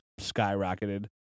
skyrocketed